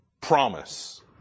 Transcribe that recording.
promise